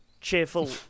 cheerful